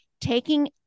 taking